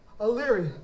O'Leary